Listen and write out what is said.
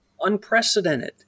unprecedented